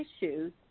issues